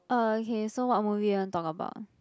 uh okay so what movie you want to talk about